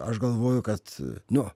aš galvoju kad nu